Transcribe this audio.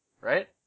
right